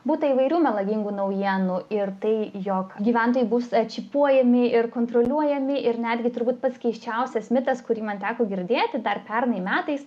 būta įvairių melagingų naujienų ir tai jog gyventojai bus čipuojami ir kontroliuojami ir netgi turbūt pats keisčiausias mitas kurį man teko girdėti dar pernai metais